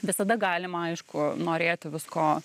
visada galima aišku norėti visko